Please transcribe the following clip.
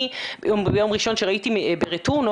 אני ביום ראשון כשהייתי ברטורנו,